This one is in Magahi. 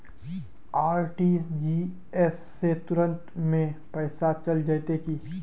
आर.टी.जी.एस से तुरंत में पैसा चल जयते की?